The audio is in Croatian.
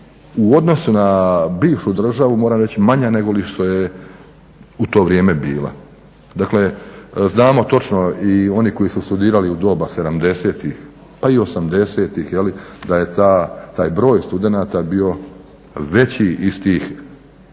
u odnosu na bivšu državu, moram reći manja nego li što je u to vrijeme bila. Dakle, znamo točno i oni koji su studirali u doba 70-ih pa i 80-ih da je taj broj studenata bio veći iz tih,